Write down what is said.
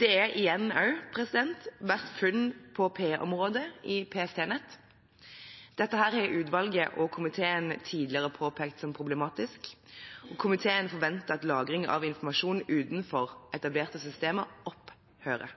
Det har igjen vært funn på P-området i PST-nett. Dette har utvalget og komiteen tidligere påpekt som problematisk. Komiteen forventer at lagring av informasjon utenfor etablerte systemer opphører.